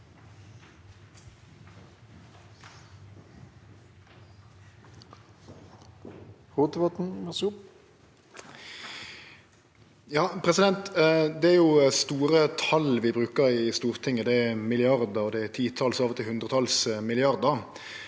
Det er store tal vi brukar i Stortinget. Det er milliardar og det er titals og av og til hundretals milliardar,